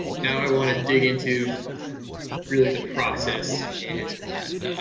now i want to dig into really the process and